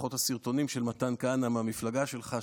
לפחות הסרטונים של מתן כהנא מהמפלגה שלך,